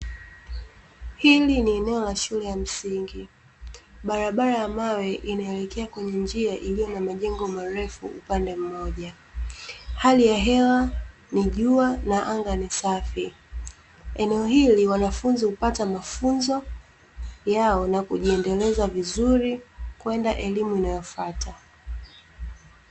Hili ni eneo la shule ya msingi. Barabara ya mawe inaelekea kwenye njia iliyo na majengo marefu upande mmoja. Hali ya hewa ni jua na anga ni safi. Eneo hili wanafunzi hupata mafunzo yao na kujiendeleza vizuri kwenda elimu inayofuata.